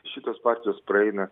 šitos partijos praeina